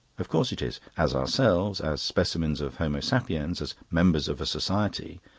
of course it is. as ourselves, as specimens of homo sapiens, as members of a society,